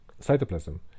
cytoplasm